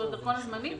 שהוא דרכון זמני,